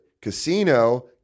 casino